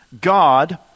God